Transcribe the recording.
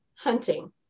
Hunting